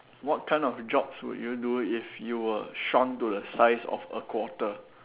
what kind of jobs will you do if you were shrunk to the size of a quarter